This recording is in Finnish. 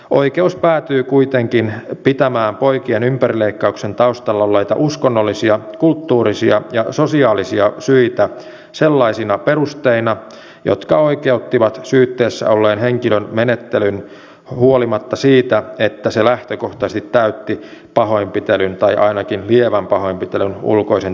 oikeus päätyi kuitenkin pitämään poikien ympärileikkauksen taustalla olleita uskonnollisia kulttuurisia ja sosiaalisia syitä sellaisina perusteina jotka oikeuttivat syytteessä olleen henkilön menettelyn huolimatta siitä että se lähtökohtaisesti täytti pahoinpitelyn tai ainakin lievän pahoinpitelyn ulkoisen tunnusmerkistön